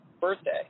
birthday